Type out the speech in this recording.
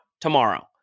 tomorrow